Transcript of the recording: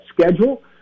schedule